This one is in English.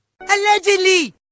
Allegedly